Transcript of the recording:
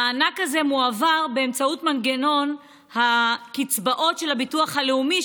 המענק הזה מועבר באמצעות מנגנון הקצבאות של הביטוח הלאומי,